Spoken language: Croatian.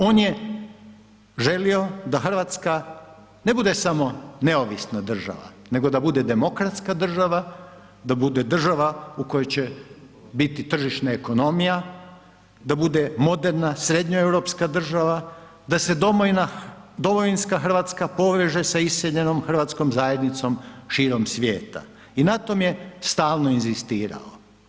On je želio da Hrvatska ne bude samo neovisna država, nego da bude demokratska država, da bude država u kojoj će biti tržišna ekonomija, da bude moderna, srednjoeuropska država, da se domovinska Hrvatska poveže sa iseljenom Hrvatskom zajednicom širom svijeta i na tome je stalno inzistirao.